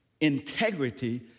integrity